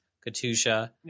katusha